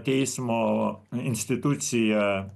teismo institucija